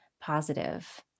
positive